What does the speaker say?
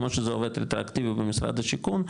כמו שזה עובד רטרואקטיבית במשרד השיכון,